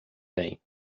bem